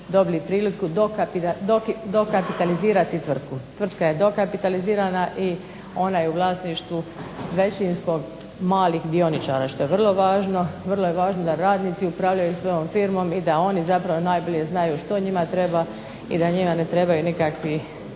dobili priliku dokapitalizirati tvrtku. Tvrtka je dokapitalizirana i ona je u vlasništvu većinskom malih dioničara što je vrlo važno. Vrlo je važno da radnici upravljaju svojom firmom i da oni zapravo najbolje znaju što njima treba i da njima ne trebaju nikakvi